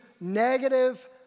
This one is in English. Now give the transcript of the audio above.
negative